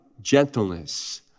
gentleness